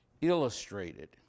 illustrated